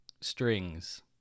strings